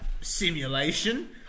simulation